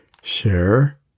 Share